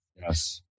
Yes